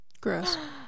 Gross